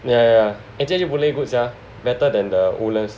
yeah yeah actually Boon Lay good sia better than the Woodlands